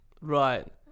Right